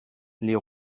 les